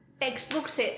textbooks